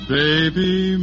baby